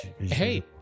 Hey